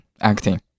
acting